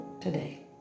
today